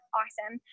awesome